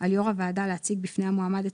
על יו"ר הוועדה להציג בפני המועמד את